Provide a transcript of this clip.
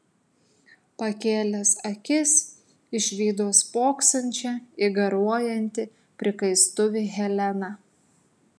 pakėlęs akis išvydo spoksančią į garuojantį prikaistuvį heleną